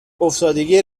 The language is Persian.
افتادگی